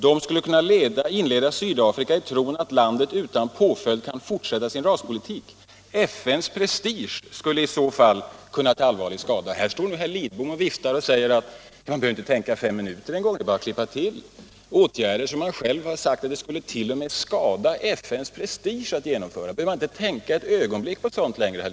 De skulle kunna inleda Sydafrika i tron att landet utan påföljd kan fortsätta sin raspolitik. FN:s prestige skulle i så fall kunna ta allvarlig skada.” Nu stod herr Lidbom här och viftade i talarstolen och menade att vi inte ens behöver tänka oss för i fem minuter. Det är bara att klippa till med åtgärder vars genomförande, enligt vad han själv har sagt, skulle skada FN:s prestige. Behöver man inte längre tänka ett ögonblick på sådant, herr Lidbom?